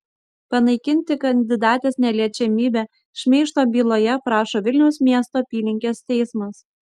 panaikinti kandidatės neliečiamybę šmeižto byloje prašo vilniaus miesto apylinkės teismas